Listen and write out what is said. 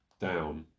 Down